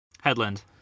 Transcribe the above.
Headland